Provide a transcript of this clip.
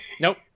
Nope